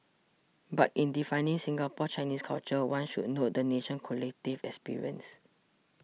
but in defining Singapore Chinese culture one should note the nation's collective experience